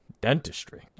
Dentistry